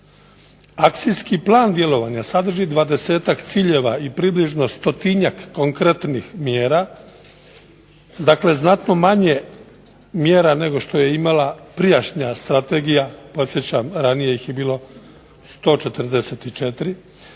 Akcijski plan djelovanja sadrži dvadesetak ciljeva i približno stotinjak konkretnih mjera dakle znatno manje mjera nego što je imala prijašnja strategija. Podsjećam, ranije ih je bilo 144,